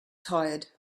tired